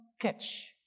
catch